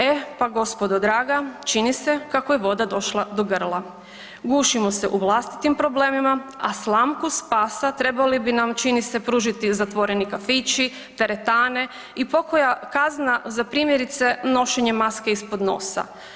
E pa gospodo draga, čini se kako je voda došla do grla, gušimo se u vlastitim problemima, a slamu spasa trebali bi nam čini se pružiti zatvoreni kafići, teretane i pokoja kazna za primjerice nošenje maske ispod nosa.